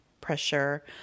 pressure